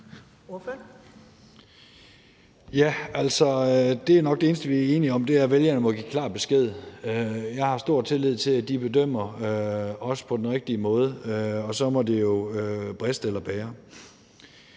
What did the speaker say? det eneste, vi er enige om. Vælgerne må give klar besked. Jeg har stor tillid til, at de bedømmer os på den rigtige måde, og så må det jo briste eller bære.